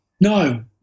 no